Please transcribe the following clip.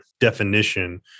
definition